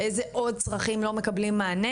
אילו צרכים נוספים לא מקבלים מענה